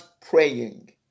praying